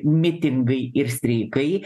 mitingai ir streikai